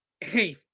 Hey